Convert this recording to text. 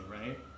right